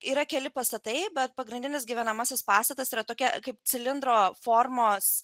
yra keli pastatai bet pagrindinis gyvenamasis pastatas yra tokia kaip cilindro formos